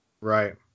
Right